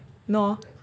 lor